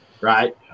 right